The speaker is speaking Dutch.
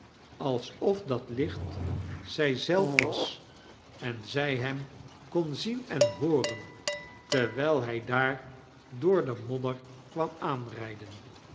alsof dat licht zij zelf was en zij hem kon zien en hoarem terwijl hij daar door de modder kwam aanrijden